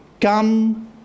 come